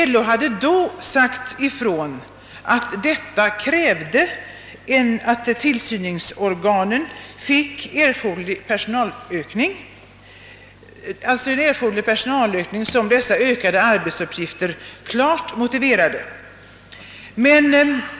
LO hade då sagt ifrån att detta krävde att tillsynsorganen fick den personalförstärkning som dessa ökade arbetsuppgifter klart motiverade.